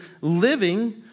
living